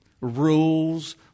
Rules